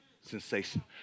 sensation